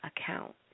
account